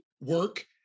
work